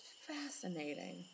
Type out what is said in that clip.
fascinating